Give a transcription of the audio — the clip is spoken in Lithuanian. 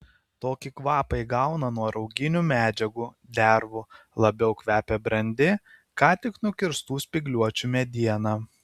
tokį kvapą įgauna nuo rauginių medžiagų dervų labiau kvepia brandi ką tik nukirstų spygliuočių mediena